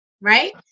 right